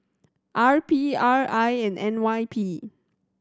R P R I and N Y P